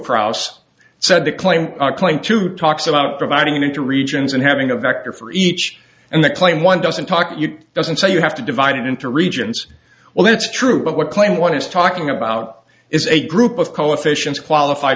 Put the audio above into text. krauss said the claim claimed to talks about dividing into regions and having a vector for each and the claim one doesn't talk doesn't say you have to divide it into regions well that's true but what claim one is talking about is a group of coefficients qualif